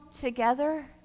together